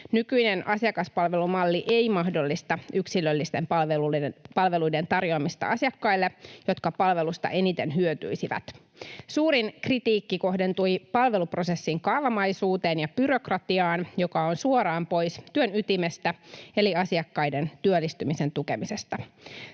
Nykyinen asiakaspalvelumalli ei mahdollista yksilöllisten palveluiden tarjoamista asiakkaille, jotka palvelusta eniten hyötyisivät. Suurin kritiikki kohdentui palveluprosessin kaavamaisuuteen ja byrokratiaan, joka on suoraan pois työn ytimestä eli asiakkaiden työllistymisen tukemisesta.